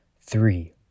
three